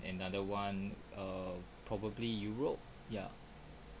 another one err probably europe ya